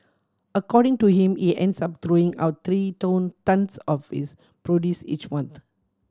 according to him he ends up throwing out three tonnes of his produce each month